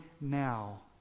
now